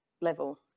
level